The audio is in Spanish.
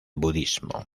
budismo